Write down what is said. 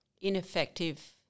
ineffective